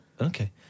Okay